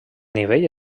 nivell